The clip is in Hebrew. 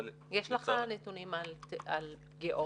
אבל --- יש לך נתונים על פגיעות,